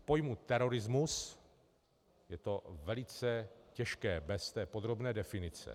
V pojmu terorismus je to velice těžké bez podrobné definice.